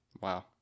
wow